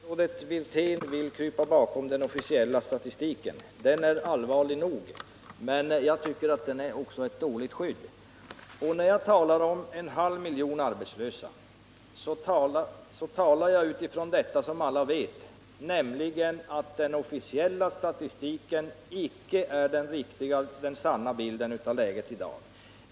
Herr talman! Statsrådet Wirtén vill krypa bakom den officiella statistiken. Den är allvarlig nog, men jag tycker att den är ett dåligt skydd. 29 När jag talar om en halv miljon arbetslösa talar jag utifrån det som alla vet, nämligen att den officiella statistiken icke ger den sanna bilden av läget i dag.